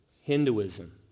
Hinduism